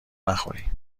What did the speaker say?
نخوری